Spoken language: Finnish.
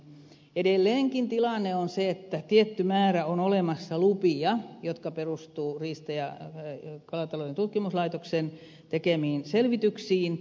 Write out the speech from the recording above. edelleenkin tilanne on se että tietty määrä on olemassa lupia jotka perustuvat riista ja kalatalouden tutkimuslaitoksen tekemiin selvityksiin